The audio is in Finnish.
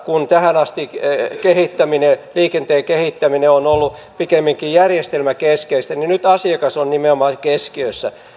kun tähän asti liikenteen kehittäminen on on ollut pikemminkin järjestelmäkeskeistä niin nyt asiakas on nimenomaan keskiössä